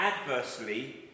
adversely